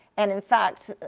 and in fact,